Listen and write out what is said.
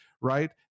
right